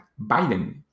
Biden